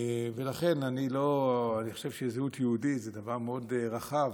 אני חושב שזהות יהודית זה דבר מאוד רחב.